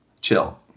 chill